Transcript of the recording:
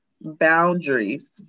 boundaries